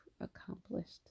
accomplished